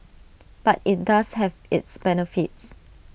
but IT does have its benefits